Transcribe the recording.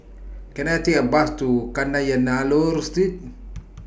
Can I Take A Bus to Kadayanallur Street